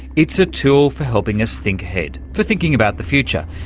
it's a tool for helping us think ahead, for thinking about the future.